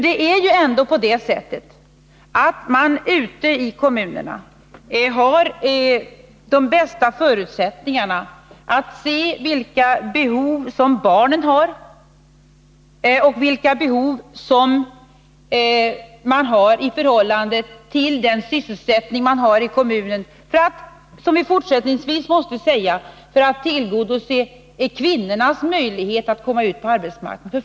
Det är ju på det sättet att det är ute i kommunerna som man har det bästa förutsättningarna för att se vilka behov barnen har och vilka behov som finns i förhållande till sysselsättningen i kommunen i fråga för att — som vi fortsättningsvis måste säga — tillgodose kvinnornas möjligheter att komma ut på arbetsmarknaden.